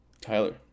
Tyler